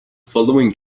following